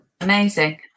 amazing